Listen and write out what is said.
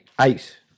eight